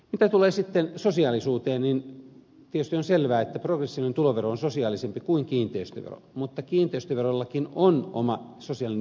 mitä tulee sitten sosiaalisuuteen niin tietysti on selvää että progressiivinen tulovero on sosiaalisempi kuin kiinteistövero mutta kiinteistöverollakin on oma sosiaalinen dimensionsa